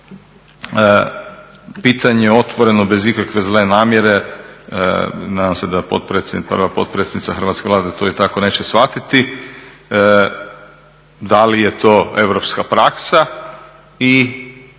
Pitanje je otvoreno, bez ikakve zle namjere, nadam se da prva potpredsjednica Hrvatske vlade to tako neće shvatiti, da li je to europska praksa i